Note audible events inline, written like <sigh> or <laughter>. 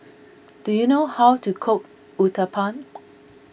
do you know how to cook Uthapam <noise>